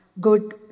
good